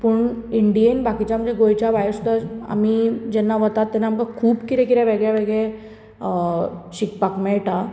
पूण इंडियेंत बाकीच्या आमच्या गोंयच्या भायर सुद्दा आमी जेन्ना वतात तेन्ना आमकां खूब कितें कितें वेगळें वेगळें अ शिकपाक मेळटा